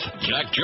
Jack